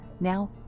Now